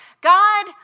God